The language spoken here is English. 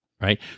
Right